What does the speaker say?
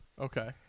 Okay